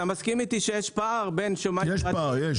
אתה מסכים איתי שיש פער בין שמאי פרטי לבין שמאי חברה?